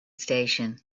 station